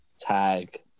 tag